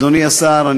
אדוני השר,